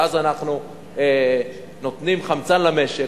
ואז אנחנו נותנים חמצן למשק,